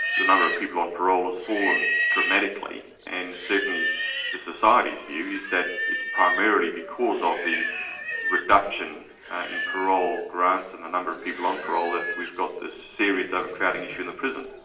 the number of people on parole have fallen dramatically and certainly the society's view is that it's primarily because of the reduction in parole grants, and the number of people on parole, that we've got this serious overcrowding issue in the prisons.